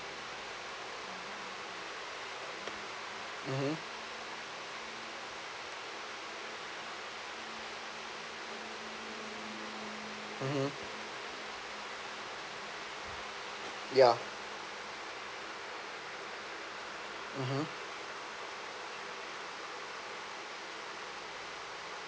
mmhmm mmhmm ya mmhmm